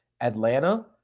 Atlanta